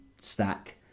stack